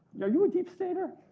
yeah you a deep-stater?